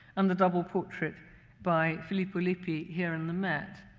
and the double portrait by filippo lippi here in the met.